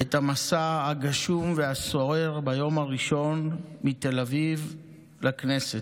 את המסע הגשום והסוער ביום הראשון מתל אביב לכנסת.